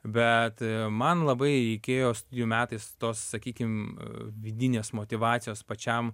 bet man labai reikėjo studijų metais tos sakykim vidinės motyvacijos pačiam